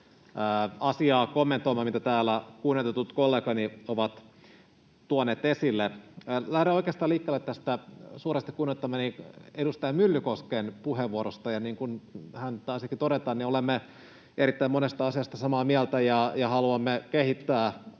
muutamaa asiaa, joita täällä kunnioitetut kollegani ovat tuoneet esille. Lähden oikeastaan liikkeelle tästä suuresti kunnioittamani edustaja Myllykosken puheenvuorosta. Niin kuin hän taisikin todeta, olemme erittäin monesta asiasta samaa mieltä ja haluamme kehittää